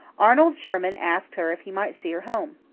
arnold sherman asked her if he might see her home.